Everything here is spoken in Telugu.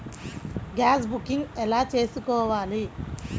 గ్యాస్ బుకింగ్ ఎలా చేసుకోవాలి?